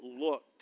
looked